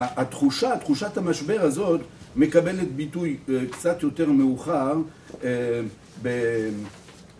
התחושה, תחושת המשבר הזאת, מקבלת ביטוי קצת יותר מאוחר